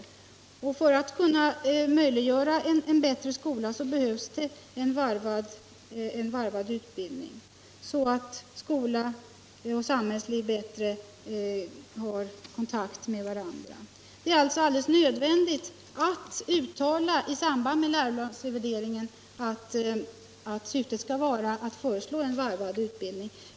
För att kunna möjliggöra en bättre skola behövs en varvad utbildning, så att skola och samhällsliv har bättre kontakt med varandra. Det är alltså alldeles nödvändigt att i samband med läroplansrevideringen uttala att syftet skall vara att föreslå en varvad utbildning.